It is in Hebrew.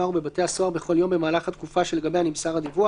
ובבתי הסוהר בכל יום במהלך התקופה שלגביה נמסר הדיווח